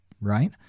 right